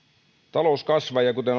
talous kasvaa ja kuten